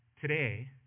today